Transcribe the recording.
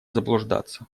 заблуждаться